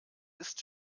ist